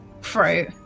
fruit